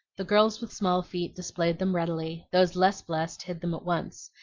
the girls with small feet displayed them readily those less blessed hid them at once,